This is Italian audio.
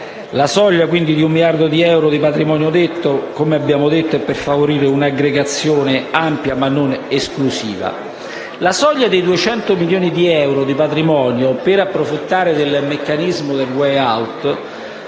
La soglia di un miliardo di euro di patrimonio, che ho prima ricordato, è quindi prevista per favorire un'aggregazione amplia, ma non esclusiva. La soglia dei 200 milioni di euro di patrimonio per approfittare del meccanico della *way out*